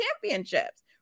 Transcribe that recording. championships